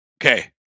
okay